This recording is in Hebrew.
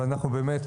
וכולי.